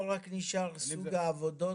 פה רק נשאר סוג העבודות.